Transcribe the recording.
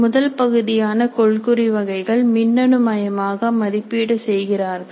முதல் பகுதியான கொள்குறி வகைகள் மின்னணு மயமாக மதிப்பீடு செய்கிறார்கள்